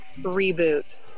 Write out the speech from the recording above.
reboot